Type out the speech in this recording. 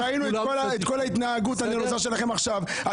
ראינו את כל ההתנהגות הנלוזה שלכם עכשיו.